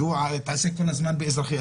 שהתעסק כל הזמן באזרחי,